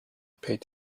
appeared